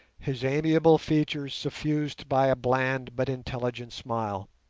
his amiable features suffused by a bland but intelligent smile.